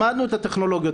למדנו את הטכנולוגיות.